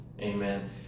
amen